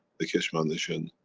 the keshe foundation.